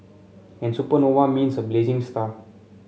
and supernova means a blazing star